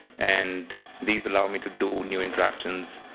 and these allow me to do new interactions